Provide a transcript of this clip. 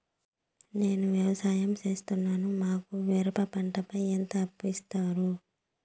నేను వ్యవసాయం సేస్తున్నాను, మాకు మిరప పంటపై ఎంత అప్పు ఇస్తారు